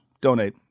donate